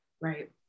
right